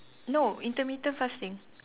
no intermittent fasting